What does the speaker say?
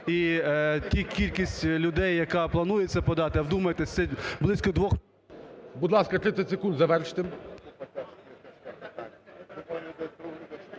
І та кількість людей, яка планується подати, а вдумайтесь, це близько двох… ГОЛОВУЮЧИЙ. Будь ласка, 30 секунд, завершуйте.